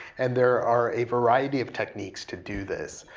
and there are a variety of techniques to do this.